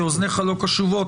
כי אוזניך לא קשובות,